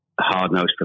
hard-nosed